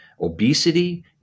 obesity